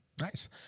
Nice